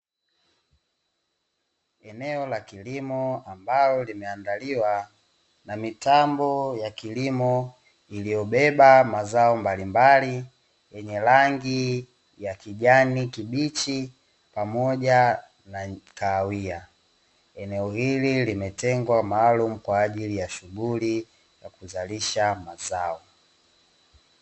Eneo la kilimo ambalo limeandaliwa na mitambo ya kilimo, iliyobeba mazao mbalimbali yenye rangi ya kijani kibichi pamoja na kahawia. Eneo hili limetengwa maalumu kwa ajili ya shughuli ya kuzalisha mazao.